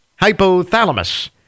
hypothalamus